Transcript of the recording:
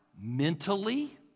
mentally